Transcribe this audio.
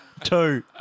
two